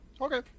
Okay